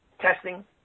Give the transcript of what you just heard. Testing